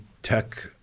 tech